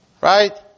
Right